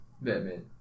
Batman